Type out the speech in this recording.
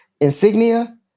insignia